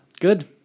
Good